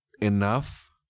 enough